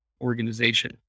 organization